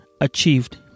achieved